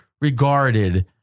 regarded